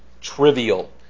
trivial